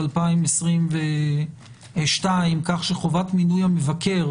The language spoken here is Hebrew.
ל-1.1.2022 כך שחובת מינוי המבקר